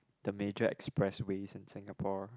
the major expressway in Singapore